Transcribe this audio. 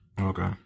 Okay